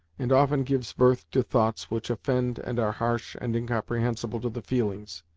and often gives birth to thoughts which offend and are harsh and incomprehensible to the feelings.